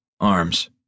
Arms